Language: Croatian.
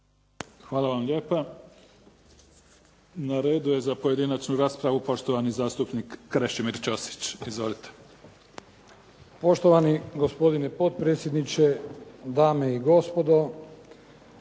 Hvala vam lijepa. Na redu je za pojedinačnu raspravu poštovani zastupnik Krešimir Ćosić. Izvolite. **Ćosić, Krešimir (HDZ)** Poštovani gospodine potpredsjedniče, dame i gospodo.